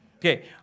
Okay